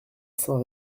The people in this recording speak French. saint